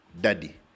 daddy